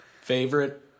Favorite